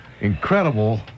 incredible